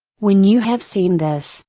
when you have seen this,